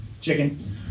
chicken